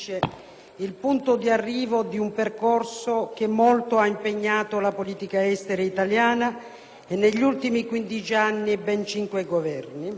il punto di arrivo di un percorso che molto ha impegnato la politica estera italiana e, negli ultimi quindici anni, ben cinque Governi.